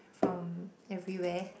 from everywhere